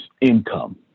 income